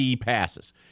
passes